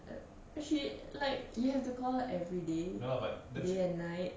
eh but she like you have to call every day day and night